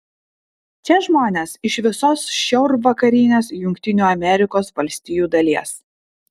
čia žmonės iš visos šiaurvakarinės jungtinių amerikos valstijų dalies